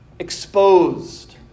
Exposed